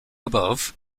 above